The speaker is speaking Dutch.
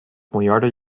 miljarden